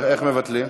איך מבטלים?